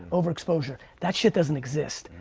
overexposure. that shit doesn't exist.